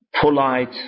polite